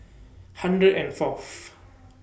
hundred and Fourth